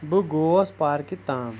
بہٕ گووس پارکہِ تام